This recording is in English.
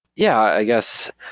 yeah. i guess.